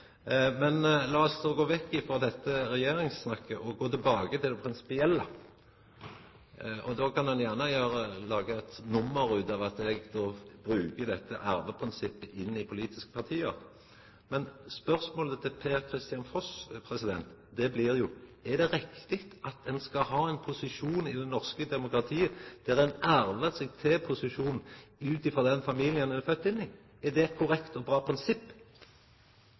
det prinsipielle. Då kan ein gjerne laga eit nummer ut av at eg trekkjer arveprinsippet inn i politiske parti. Spørsmålet til Per-Kristian Foss blir: Er det riktig at ein i det norske demokratiet skal arva posisjon ut frå den familien ein er fødd inn i? Er det eit korrekt og bra prinsipp?